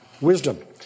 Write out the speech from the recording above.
Wisdom